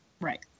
right